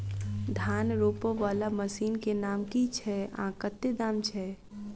धान रोपा वला मशीन केँ नाम की छैय आ कतेक दाम छैय?